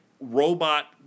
robot